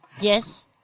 Yes